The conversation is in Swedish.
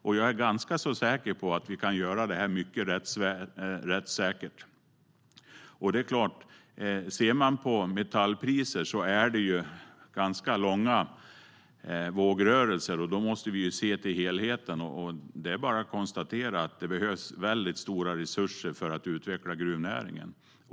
Och jag är ganska säker på att vi kan göra det mycket rättssäkert. Om man ser på metallpriser ser man att det är ganska långa vågrörelser. Då måste vi se till helheten. Det är bara att konstatera att det behövs väldigt stora resurser för att utveckla gruvnäringen.